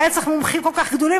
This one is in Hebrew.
לא היה צריך מומחים כל כך גדולים,